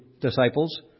disciples